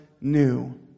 new